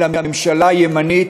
אלא ממשלה ימנית,